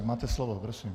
Máte slovo, prosím.